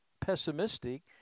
pessimistic